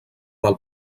del